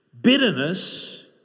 bitterness